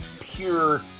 pure